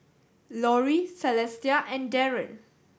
Lori Celestia and Daren